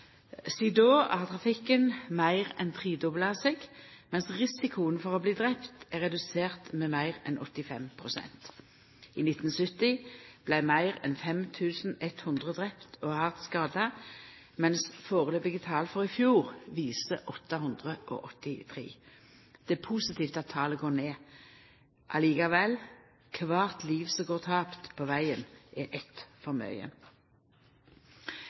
Sidan då har trafikken meir enn tredobla seg, medan risikoen for å bli drepen er redusert med meir enn 85 pst. I 1970 vart meir enn 5 100 drepne og hardt skadde, medan førebelse tal for i fjor viser 883. Det er positivt at talet går ned. Likevel: Kvart liv som går tapt på vegen, er eitt for